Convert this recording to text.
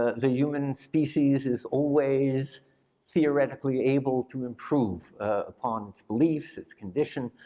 ah the human species is always theoretically able to improve upon its beliefs, its condition,